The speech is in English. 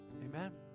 amen